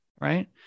right